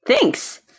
Thanks